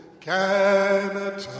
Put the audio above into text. Canada